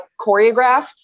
choreographed